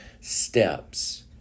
steps